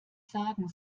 sagen